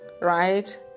right